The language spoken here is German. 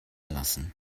lassen